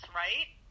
right